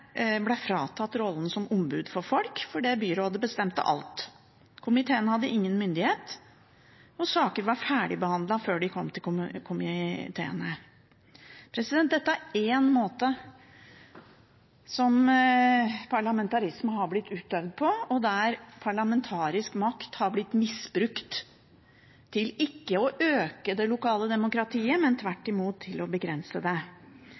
fratatt rollen som ombud for folk, fordi byrådet bestemte alt. Komiteene hadde ingen myndighet, og saker var ferdigbehandlet før de kom til komiteene. Dette er én måte som parlamentarisme har blitt utøvd på, og der parlamentarisk makt har blitt misbrukt til ikke å øke det lokale demokratiet, men tvert imot til å begrense det.